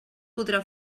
podrà